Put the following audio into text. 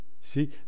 See